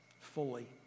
fully